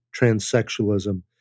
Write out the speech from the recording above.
transsexualism